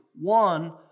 one